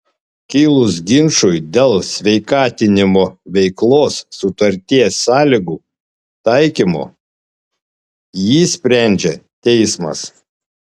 kilus ginčui dėl sveikatinimo veiklos sutarties sąlygų taikymo jį sprendžia teismas